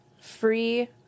free